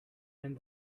and